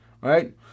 right